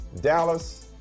Dallas